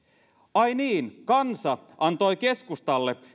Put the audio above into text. ai niin kansa antoi keskustalle